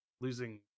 Losing